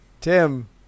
Tim